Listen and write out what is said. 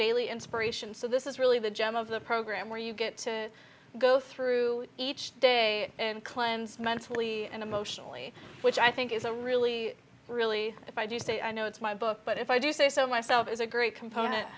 daily inspiration so this is really the gem of the program where you get to go through each day and cleanse mentally and emotionally which i think is a really really if i do say i know it's my book but if i do say so myself is a great component